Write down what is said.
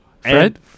Fred